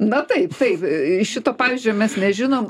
na taip taip šito pavyzdžio mes nežinom